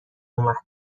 اومد